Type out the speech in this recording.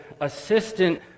Assistant